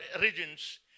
regions